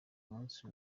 munsi